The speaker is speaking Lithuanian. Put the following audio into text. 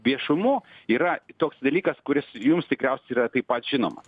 viešumu yra toks dalykas kuris jums tikriausiai yra taip pat žinoma